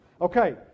Okay